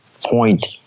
point